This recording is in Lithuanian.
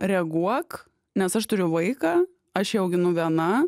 reaguok nes aš turiu vaiką aš ją auginu viena